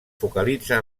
focalitza